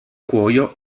cuoio